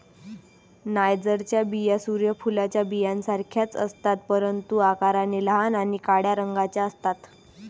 नायजरच्या बिया सूर्य फुलाच्या बियांसारख्याच असतात, परंतु आकाराने लहान आणि काळ्या रंगाच्या असतात